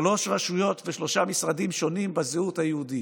שלוש רשויות ושלושה משרדים שונים בזהות היהודית,